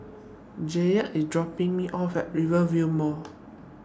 Jayde IS dropping Me off At Rivervale Mall